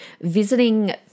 visiting